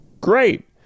great